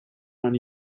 barge